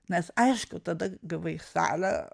nes aišku tada gavai salę